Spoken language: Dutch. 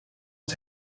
het